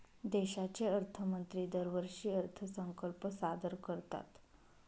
देशाचे अर्थमंत्री दरवर्षी अर्थसंकल्प सादर करतात